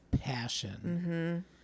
passion